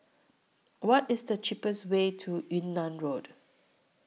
What IS The cheapest Way to Yunnan Road